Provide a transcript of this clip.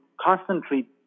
constantly